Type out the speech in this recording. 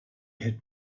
had